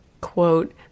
Quote